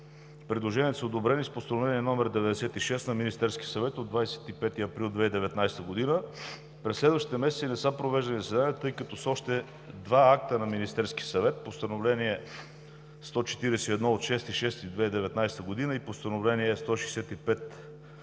Предложенията са одобрени с Постановление № 96 на Министерския съвет от 25 април 2019 г. През следващите месеци не са провеждани заседания, тъй като с още два акта на Министерския съвет – Постановление № 141 от 6 юни 2019 г. и Постановление № 165